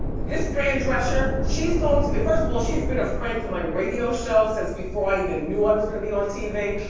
this fran drescher, she's going to be, first of all, she's been a friend to my radio show since before i even knew i was gonna be on tv.